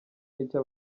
nicyo